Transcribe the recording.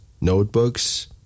Notebooks